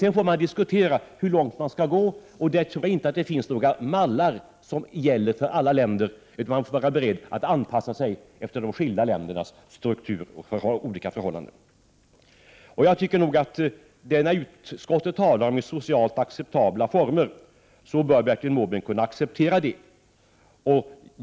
Sedan får man diskutera hur långt de skall gå, och där tror jag inte att det finns några mallar som gäller för alla länder, utan man får vara beredd att anpassa sig efter de skilda ländernas struktur och olika förhållanden. När utskottet talar om socialt acceptabla former, bör Bertil Måbrink kunna acceptera det, tycker jag.